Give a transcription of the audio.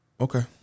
Okay